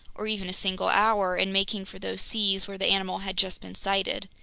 or even a single hour, in making for those seas where the animal had just been sighted.